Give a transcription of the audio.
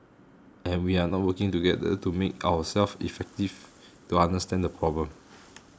and we are not working together to make ourselves effective to understand the problem